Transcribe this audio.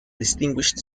distinguished